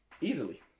easily